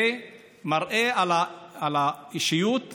זה מראה את האישיות שלך,